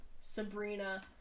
Sabrina